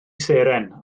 seren